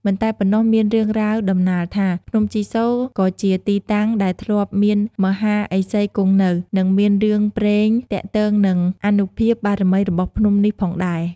មិនតែប៉ុណ្ណោះមានរឿងរ៉ាវដំណាលថា ភ្នំជីសូរក៏ជាទីតាំងដែលធ្លាប់មានមហាឥសីគង់នៅ និងមានរឿងព្រេងទាក់ទងនឹងអានុភាពបារមីរបស់ភ្នំនេះផងដែរ។